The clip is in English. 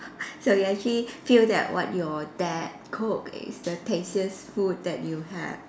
so you actually feel that what your dad cook is the tastiest food that you have